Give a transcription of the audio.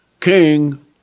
King